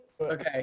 okay